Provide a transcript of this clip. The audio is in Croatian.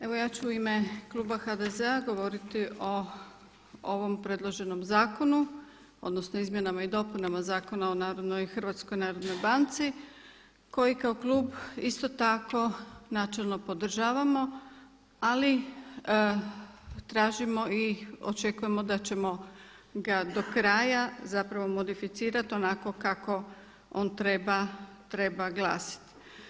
Evo ja ću u ime kluba HDZ-a govoriti o ovom predloženom zakonu, odnosno izmjenama i dopunama Zakona o Hrvatskoj narodnoj banci koji kao klub isto tako načelno podržavamo ali tražimo i očekujemo da ćemo ga do kraja zapravo modificirati onako kako on treba glasiti.